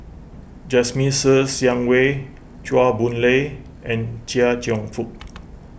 Jasmine Ser Xiang Wei Chua Boon Lay and Chia Cheong Fook